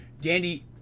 Dandy